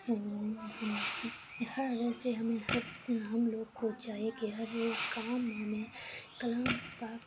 ہم ہم ہر ہر ویسے ہمیں ہر ہم لوگ کو چاہیے کہ ہر ایک کام ہمیں کلام پاک